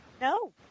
No